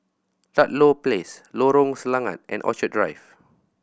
Ludlow Place Lorong Selangat and Orchid Drive